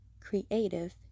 creative